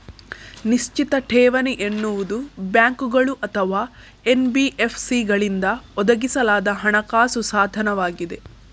ನಿಶ್ಚಿತ ಠೇವಣಿ ಎನ್ನುವುದು ಬ್ಯಾಂಕುಗಳು ಅಥವಾ ಎನ್.ಬಿ.ಎಫ್.ಸಿಗಳಿಂದ ಒದಗಿಸಲಾದ ಹಣಕಾಸು ಸಾಧನವಾಗಿದೆ